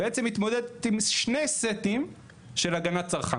בעצם מתמודדת עם שני סטים של הגנת צרכן.